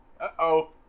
Uh-oh